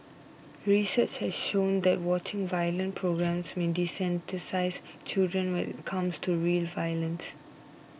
research has shown that watching violent programmes may desensitise children when it comes to real violence